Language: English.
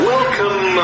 Welcome